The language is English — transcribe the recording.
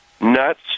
nuts